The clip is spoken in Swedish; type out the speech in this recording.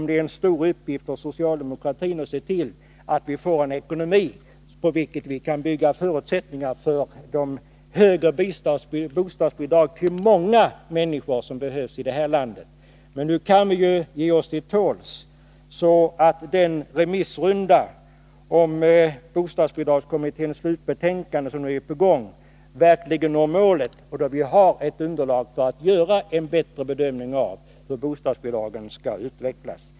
Det är en stor uppgift för socialdemokratin att se till att vi får en ekonomi på vilken vi kan bygga förutsättningarna för de högre bostadsbidrag till många människor som behövs i landet. Men nu kan vi ge oss till tåls, så att den remissrunda om bostadsbidragskommitténs slutbetänkande som är på gång verkligen når målet. Då har vi ett underlag för att göra en bättre bedömning av hur bostadsbidragen skall utvecklas.